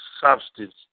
substance